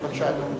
בבקשה, אדוני.